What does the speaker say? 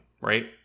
right